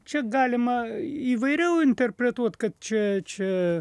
čia galima įvairiau interpretuot kad čia čia